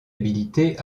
habilité